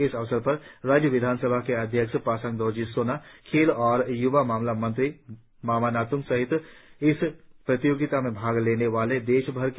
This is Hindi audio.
इस अवसर पर राज्य विधानसभा के अध्यक्ष पासांग दोरजी सोना और खेल और य्वा मामला मंत्री मामा नात्ंग सहित इस प्रतियोगिता में भाग लेने वाले देशभर के प्रतिभागी मौजूद थे